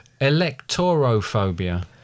Electorophobia